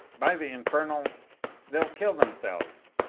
by the infernal they'll kill themselves!